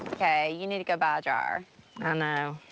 kay, you need to go buy a dryer. and